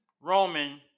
Roman